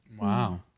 Wow